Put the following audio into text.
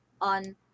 on